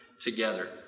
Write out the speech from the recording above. together